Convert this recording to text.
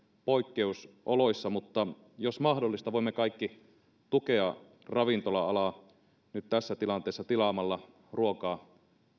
poikkeusoloissa mutta jos mahdollista voimme kaikki tukea ravintola alaa nyt tässä tilanteessa tilaamalla ruokaa